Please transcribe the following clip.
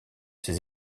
ses